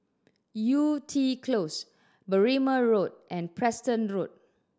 Yew Tee Close Berrima Road and Preston Road